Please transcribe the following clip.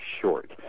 short